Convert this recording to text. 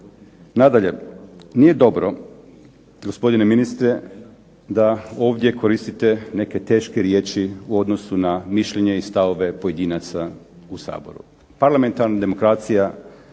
Nadalje, nije dobro gospodine ministre, da ovdje koristite neke teške riječi u odnosu na mišljenje i stavove pojedinaca u Saboru.